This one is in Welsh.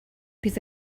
bydd